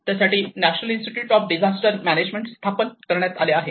त्यासाठी national institute of disaster management स्थापन करण्यात आले आहे